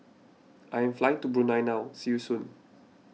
I am flying to Brunei now see you soon